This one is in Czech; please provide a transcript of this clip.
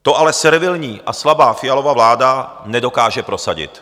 To ale servilní a slabá Fialova vláda nedokáže prosadit.